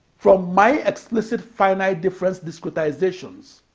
from my explicit finite difference discretizations